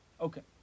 Okay